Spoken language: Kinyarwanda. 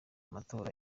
amatora